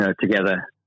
Together